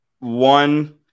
One